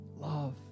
love